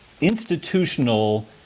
institutional